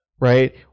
Right